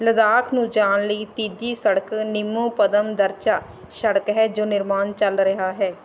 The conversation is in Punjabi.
ਲੱਦਾਖ ਨੂੰ ਜਾਣ ਲਈ ਤੀਜੀ ਸੜਕ ਨਿੰਮੂ ਪਦਮ ਦਰਚਾ ਸੜਕ ਹੈ ਜੋ ਨਿਰਮਾਣ ਚੱਲ ਰਿਹਾ ਹੈ